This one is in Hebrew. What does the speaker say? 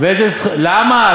למה?